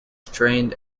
trained